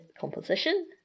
composition